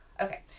Okay